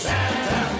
Santa